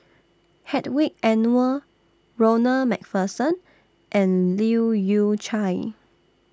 Hedwig Anuar Ronald MacPherson and Leu Yew Chye